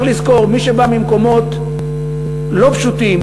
צריך לזכור, מי שבא ממקומות לא פשוטים,